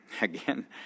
again